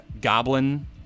goblin